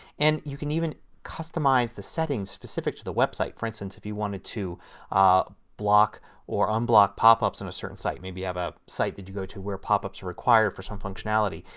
and you can even customize the settings specific to the website. for instance if you wanted to ah block or unblock popups from and a certain site. maybe you have a site that you go to where popups are required for some functionality.